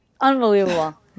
unbelievable